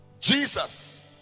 Jesus